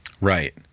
right